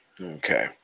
Okay